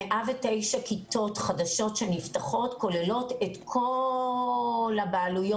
109 כיתות חדשות שנפתחות כוללות את כל הבעלויות,